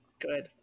Good